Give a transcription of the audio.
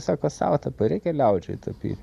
sako sau tampai reikia liaudžiai tapyt